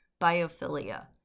biophilia